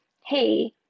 hey